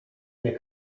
nie